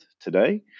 today